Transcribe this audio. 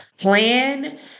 plan